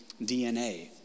DNA